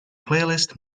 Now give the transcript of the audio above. playlist